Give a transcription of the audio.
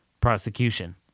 prosecution